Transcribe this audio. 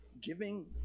giving